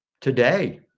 today